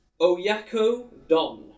Oyakodon